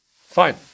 fine